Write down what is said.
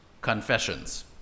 confessions